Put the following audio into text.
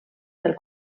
del